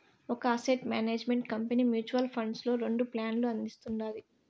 ఒక asset management company mutual funds లో రెండు ప్లాన్లు అందిస్తుండాది